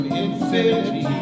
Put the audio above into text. infinity